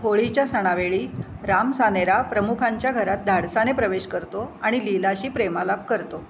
होळीच्या सणावेळी राम सानेरा प्रमुखांच्या घरात धाडसाने प्रवेश करतो आणि लिलाशी प्रेमालाप करतो